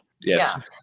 Yes